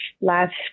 last